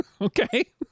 Okay